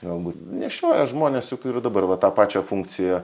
galbūt nešioja žmonės juk ir dabar va tą pačią funkciją